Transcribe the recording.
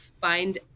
find